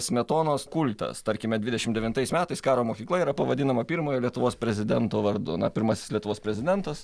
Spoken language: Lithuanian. smetonos kultas tarkime dvidešim devintais metais karo mokykla yra pavadinama pirmojo lietuvos prezidento vardu na pirmasis lietuvos prezidentas